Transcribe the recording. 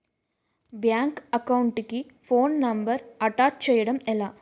Bank account కి phone number attach చేయడం ఎలా?